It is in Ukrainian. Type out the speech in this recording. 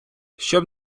щоб